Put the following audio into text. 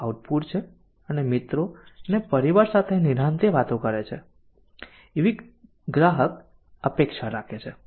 ત્યાં કોફી અને નાસ્તો આઉટપુટ છે અને મિત્રો અને પરિવાર સાથે નિરાતે વાતો કરી શકે એવી ગ્રાહક અપેક્ષા રાખે છે